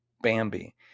Bambi